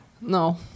No